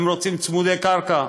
הם רוצים צמודי קרקע.